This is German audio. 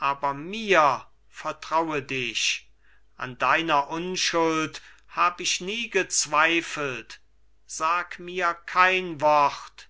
aber mir vertraue dich an deiner unschuld hab ich nie gezweifelt sag mir kein wort